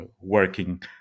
working